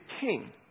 king